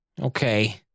Okay